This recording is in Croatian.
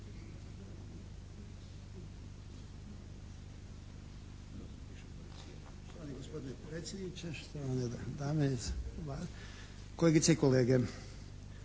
kolegice i kolege.